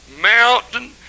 mountain